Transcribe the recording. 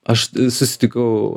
aš susitikau